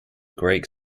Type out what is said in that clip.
greek